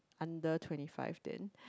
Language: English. under twenty five then